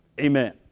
Amen